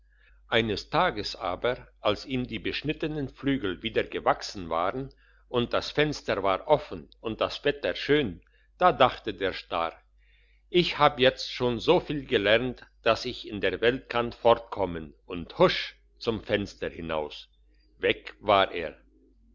eines tages aber als ihm die beschnittenen flügel wieder gewachsen waren und das fenster war offen und das wetter schön da dachte der star ich hab jetzt schon so viel gelernt dass ich in der welt kann fortkommen und husch zum fenster hinaus weg war er